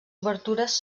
obertures